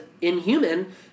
inhuman